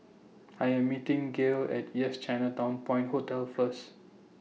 I Am meeting Gale At Yes Chinatown Point Hotel First